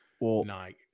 night